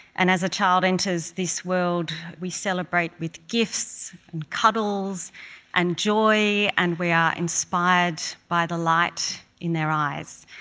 and as a child enters this world, we celebrate with gifts and cuddles and joy and we are inspired by the light in their eyes.